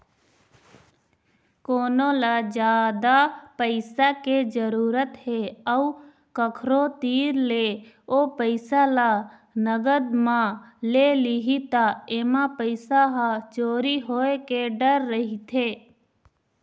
कोनो ल जादा पइसा के जरूरत हे अउ कखरो तीर ले ओ पइसा ल नगद म ले लिही त एमा पइसा ह चोरी होए के डर रहिथे